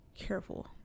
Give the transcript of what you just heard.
careful